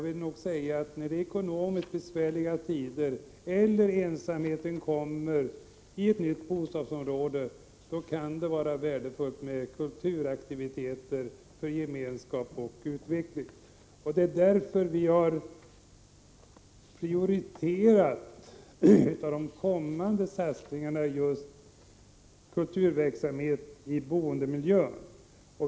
I ekonomiskt besvärliga tider eller när ensamheten blir kännbar i ett nytt bostadsområde kan det vara värdefullt med kulturaktiviteter för gemenskap och utveckling. Det är därför vi har prioriterat en av de kommande satsningarna på just kulturverksamhet i boendemiljö.